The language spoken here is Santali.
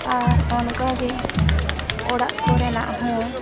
ᱟᱨ ᱚᱱᱠᱟᱜᱮ ᱚᱲᱟᱜ ᱠᱚᱨᱮᱱᱟᱜ ᱦᱚᱸ